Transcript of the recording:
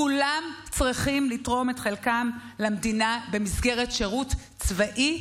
כולם צריכים לתרום את חלקם למדינה במסגרת שירות צבאי,